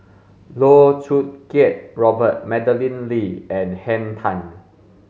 Loh Choo Kiat Robert Madeleine Lee and Henn Tan